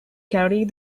carry